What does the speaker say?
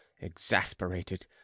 exasperated